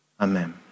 Amen